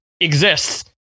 exists